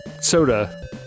soda